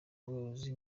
ubworozi